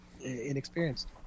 Inexperienced